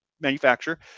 manufacturer